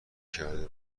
کرده